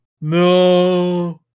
no